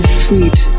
sweet